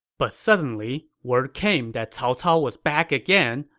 but suddenly, word came that cao cao was back again,